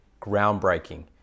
groundbreaking